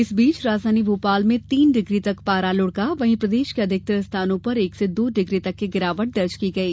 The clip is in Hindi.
इस बीच राजधानी भोपाल में तीन डिग्री तक पारा लुढ़का वहीं प्रदेश के अधिकतर स्थानों पर एक से दो डिग्री तक की गिरावट दर्ज की गई